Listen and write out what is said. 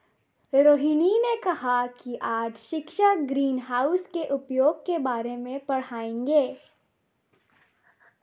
रोहिनी ने कहा कि आज शिक्षक ग्रीनहाउस के उपयोग के बारे में पढ़ाएंगे